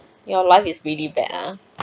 your life is really bad ah